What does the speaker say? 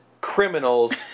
criminals